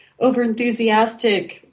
overenthusiastic